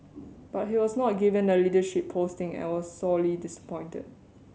but he was not given a leadership posting and was sorely disappointed